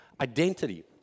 identity